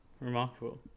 Remarkable